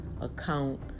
account